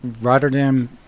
Rotterdam